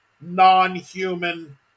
non-human